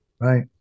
Right